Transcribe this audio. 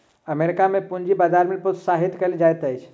America में पूंजी बजार के प्रोत्साहित कयल जाइत अछि